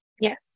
Yes